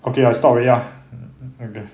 okay I stopped already ah okay